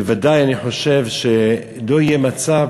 בוודאי, אני חושב, שלא יהיה מצב